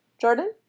Jordan